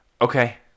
okay